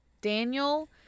Daniel